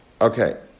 Okay